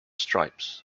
stripes